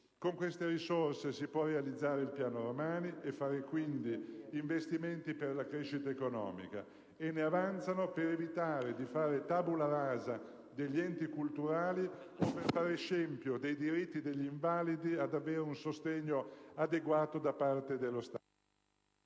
Con queste risorse si può realizzare il piano Romani e fare, quindi, investimenti per la crescita economica. E ne avanzano per evitare di fare *tabula rasa* degli enti culturali o di fare scempio dei diritti degli invalidi ad avere un sostegno adeguato da parte dello Stato.